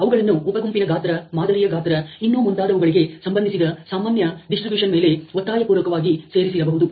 ಅವುಗಳನ್ನು ಉಪ ಗುಂಪಿನ ಗಾತ್ರ ಮಾದರಿಯ ಗಾತ್ರ ಇನ್ನೂ ಮುಂತಾದವುಗಳಿಗೆ ಸಂಬಂಧಿಸಿದ ಸಾಮಾನ್ಯ ಡಿಸ್ಟ್ರಬ್ಯೂಶನ ಮೇಲೆ ಒತ್ತಾಯಪೂರ್ವಕವಾಗಿ ಸೇರಿಸಬಹುದು